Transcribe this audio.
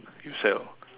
you sell